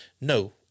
no